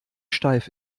steif